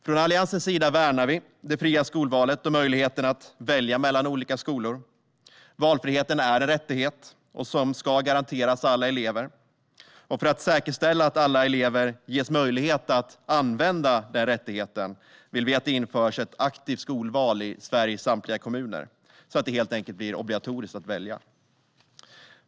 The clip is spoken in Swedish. Från Alliansens sida värnar vi det fria skolvalet och möjligheten att välja mellan olika skolor. Valfriheten är en rättighet som ska garanteras alla elever. För att säkerställa att alla elever ges möjlighet att använda den rättigheten vill vi att det införs ett aktivt skolval i Sveriges samtliga kommuner, så att det helt enkelt blir obligatoriskt att välja.